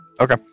Okay